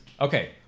okay